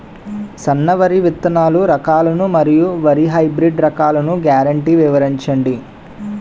సన్న వరి విత్తనాలు రకాలను మరియు వరి హైబ్రిడ్ రకాలను గ్యారంటీ వివరించండి?